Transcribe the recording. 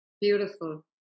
Beautiful